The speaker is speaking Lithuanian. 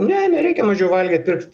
ne nereikia mažiau valgyt pirkt